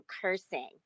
cursing